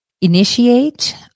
initiate